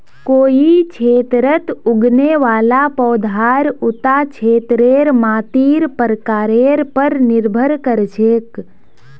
कोई क्षेत्रत उगने वाला पौधार उता क्षेत्रेर मातीर प्रकारेर पर निर्भर कर छेक